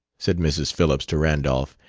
said mrs. phillips to randolph,